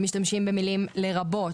ומשתמשים במילה "לרבות".